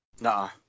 nah